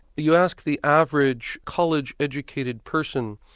you ask the average college educated person